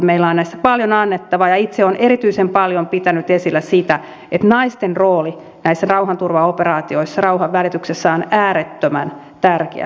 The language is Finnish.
meillä on näissä paljon annettavaa ja itse olen erityisen paljon pitänyt esillä sitä että naisten rooli näissä rauhanturvaoperaatioissa rauhanvälityksessä on äärettömän tärkeä